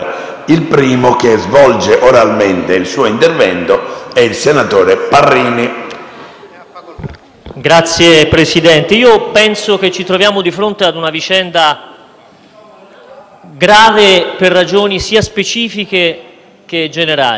Signor Presidente, penso che ci troviamo di fronte ad una vicenda grave, per ragioni sia specifiche che generali. Per ragioni specifiche, perché questa vicenda nasce dalla decisione - a nostro avviso